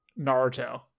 Naruto